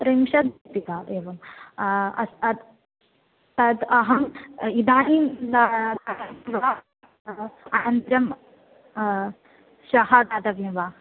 त्रिंशत् रूप्यकम् एवं अस् अ तत् अहम् इदानीं दा वा अनन्तरं श्वः दातव्यं वा